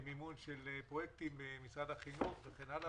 למימון של פרויקטים במשרד החינוך וכן הלאה,